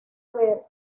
ver